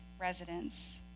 residents